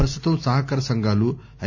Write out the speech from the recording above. పస్తుతం సహకార సంఘాలు ఐ